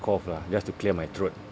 cough lah just to clear my throat